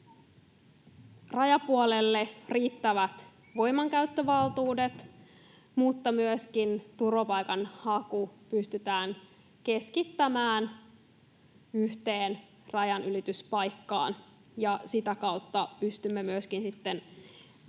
rajapuolelle riittävät voimankäyttövaltuudet ja joilla turvapaikanhaku pystytään myöskin keskittämään yhteen rajanylityspaikkaan, ja sitä kautta pystymme myöskin sitten